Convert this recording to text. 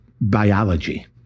biology